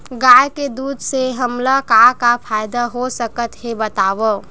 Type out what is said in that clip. गाय के दूध से हमला का का फ़ायदा हो सकत हे बतावव?